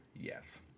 yes